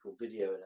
video